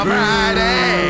Friday